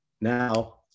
Now